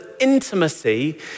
intimacy